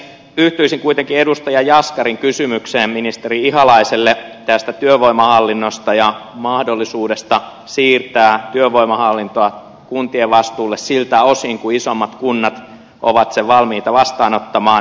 yhtyisin kuitenkin edustaja jaskarin kysymykseen ministeri ihalaiselle työvoimahallinnosta ja mahdollisuudesta siirtää työvoimahallintoa kuntien vastuulle siltä osin kuin isommat kunnat ovat sen valmiita vastaanottamaan